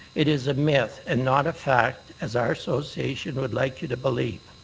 it is a myth and not a fact as our association would like you to believe.